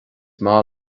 maith